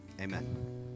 Amen